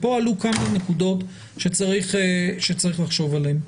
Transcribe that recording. כאן עלו כמה נקודות שצריך לחשוב עליהן.